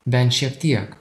bent šiek tiek